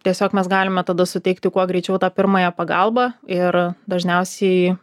tiesiog mes galime tada suteikti kuo greičiau tą pirmąją pagalbą ir dažniausiai